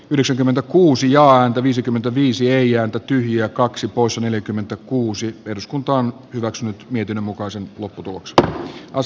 yhdeksänkymmentäkuusi ja anto viisikymmentäviisi eija katyn ja kaksi poissa neljäkymmentäkuusi eduskunta on hyväksynyt mietinnön mukaisen lopputuloksesta taas